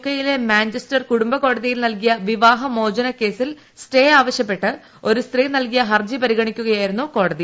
K യിലെ Manchester കുടുംബ കോടതിയിൽ നൽകിയ വിവാഹ മോചന കേസിൽ സ്റ്റേ ആവശ്യപ്പെട്ട് ഒരു സ്ത്രീ നൽകിയ ഹർജി പരിഗണിക്കുകയായിരുന്നു കോടതി